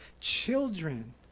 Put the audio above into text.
children